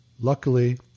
luckily